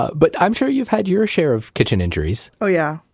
but i'm sure you've had your share of kitchen injuries oh yeah,